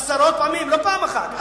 עשרות פעמים, לא פעם אחת.